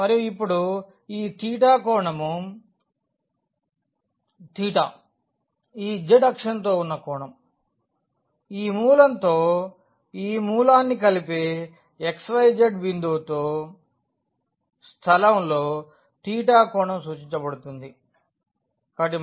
మరియు ఇప్పుడు ఈ కోణం ఈ z అక్షంతో ఉన్న కోణం ఈ మూలంతో ఈ మూలాన్ని ఈ కలిపే xyz బిందువుతో స్థలంలో కోణం సూచించబడుతుంది